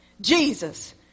Jesus